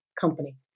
company